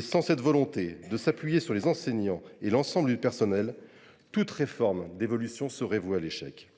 Sans cette volonté de s’appuyer sur les enseignants et sur l’ensemble du personnel, toute réforme serait vouée à l’échec.